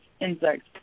insects